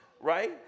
right